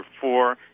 four